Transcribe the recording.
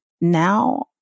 now